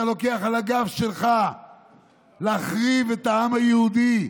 אתה לוקח על הגב שלך להחריב את העם היהודי.